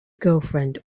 girlfriend